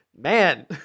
man